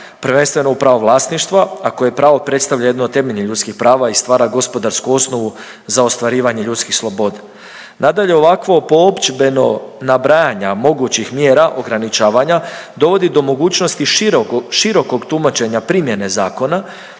prvenstveno u pravo vlasništva, a koje pravo predstavlja jednu od temeljnih ljudskih prava i stvara gospodarsku osnovu za ostvarivanje ljudskih sloboda. Nadalje, ovakvo poopćeno nabrajanja mogućih mjera ograničavanja dovodi do mogućnosti široko…, širokog tumačenja primjene zakona,